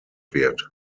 wird